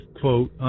quote